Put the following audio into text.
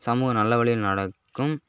சமூகம் நல்ல வழியில நடக்கும்